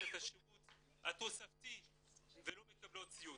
את השירות התוספתי ולא מקבלות ---.